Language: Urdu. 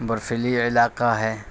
برفیلی علاقہ ہے